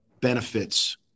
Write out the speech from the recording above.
benefits